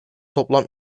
toplam